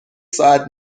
ساعت